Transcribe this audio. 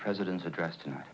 president's address tonight